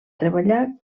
treballar